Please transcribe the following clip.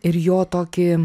ir jo tokį